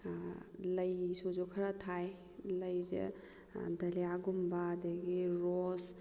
ꯂꯩꯁꯨ ꯈꯔ ꯊꯥꯏ ꯂꯩꯁꯦ ꯗꯥꯂꯤꯌꯥꯒꯨꯝꯕ ꯑꯗꯨꯗꯒꯤ ꯔꯣꯁ